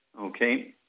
okay